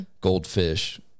goldfish